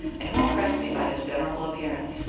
and who impressed me by his venerable appear ance,